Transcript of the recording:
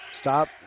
Stop